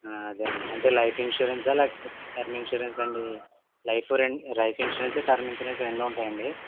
ఆ అదే అండి అంటే లైఫ్ ఇన్స్యూరన్సా లేకపోతె టెర్మ్ ఇన్షురెన్సా అండి లైఫ్ ఇన్షురెన్స్ టెర్మ్ ఇన్షురెన్స్ రెండూ ఉంటాయాండీ